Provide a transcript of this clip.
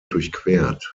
durchquert